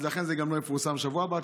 אז לכן זה גם לא יפורסם שבוע הבא,